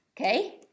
Okay